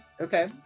okay